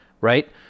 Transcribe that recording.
right